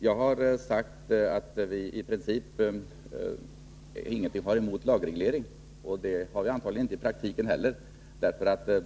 Jag har sagt att vi i princip inte har något emot en lagreglering, och det har vi inte i praktiken heller.